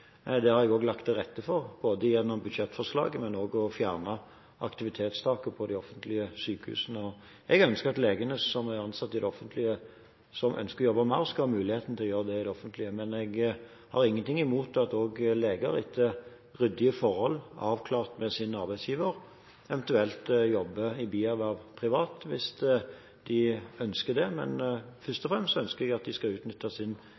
Det ønsker jeg, og det har jeg også lagt til rette for både gjennom budsjettforslaget og ved å fjerne aktivitetstaket på de offentlige sykehusene. Jeg ønsker at leger som er ansatt i det offentlige, og som ønsker å jobbe mer, skal ha muligheten til å gjøre det i det offentlige, men jeg har ingenting imot at også leger etter ryddige forhold, avklart med sin arbeidsgiver, eventuelt jobber i bierverv privat hvis de ønsker det. Men først og fremst ønsker jeg at de skal utnytte sin